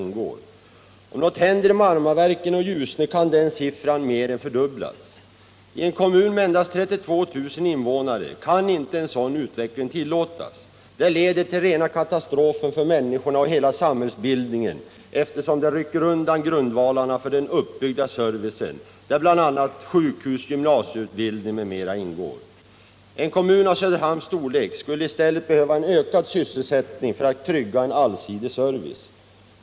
Och händer något i Marmaverken och Ljusne kan den siffran mer än fördubblas. I en kommun med endast 32 000 invånare kan inte en sådan utveckling tillåtas. Den leder till rena katastrofen för människorna och hela samhällsbildningen, eftersom den rycker undan grundvalarna för den uppbyggda servicen, vari sjukhus, gymnasieskolor m.m. ingår. En kommun av Söderhamns storlek skulle i stället behöva öka sysselsättningen för att trygga en allsidig service.